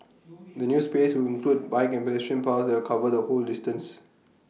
the new space will include bike and pedestrian paths that cover the whole distance